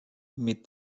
mit